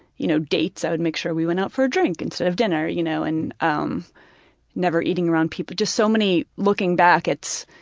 you know, dates, i would make sure we went out for a drink instead of dinner, you know, and um never eating around people, just so many looking back it's